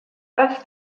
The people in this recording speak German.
als